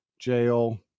Jail